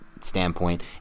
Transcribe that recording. standpoint